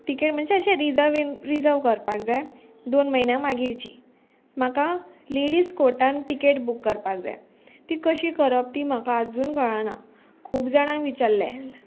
ticket म्हणजे अशें reserve reserve करपाक जाय दोन म्हयन्या मागीरची म्हाका लेडीज कोर्टान टिकेट बूक करपाक जाय ती कशी करप ती म्हाका आजून कळना खूब जाणांक विचारले